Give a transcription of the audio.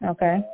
Okay